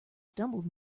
stumbled